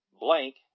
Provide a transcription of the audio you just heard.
Blank